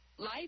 Life